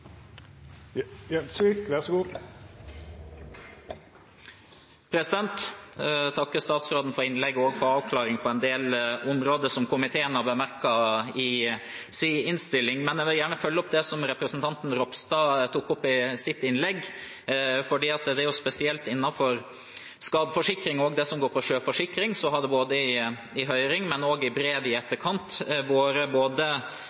for avklaring på en del områder som komiteen har bemerket i sin innstilling. Jeg vil gjerne følge opp det som representanten Ropstad tok opp i sitt innlegg. Spesielt innenfor skadeforsikring og det som går på sjøforsikring, har det både i høring og i brev i